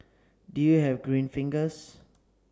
do you have green fingers